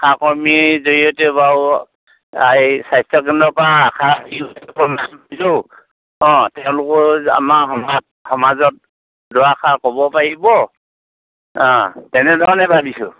আশাকৰ্মীৰ জৰিয়তে বাৰু এই স্বাস্থ্যকেন্দ্ৰৰ পৰা তেওঁলোকো সমাজত আমাৰ সমাজত দু আষাৰ ক'ব পাৰিব তেনেধৰণে ভাবিছোঁ